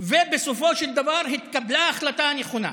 ובסופו של דבר התקבלה ההחלטה הנכונה.